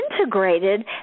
integrated